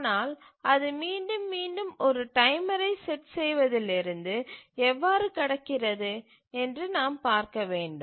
ஆனால் அது மீண்டும் மீண்டும் ஒரு டைமரை செட் செய்வதிலிருந்து எவ்வாறு கடக்கிறது என்று நாம் பார்க்க வேண்டும்